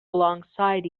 alongside